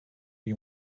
you